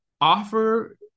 offer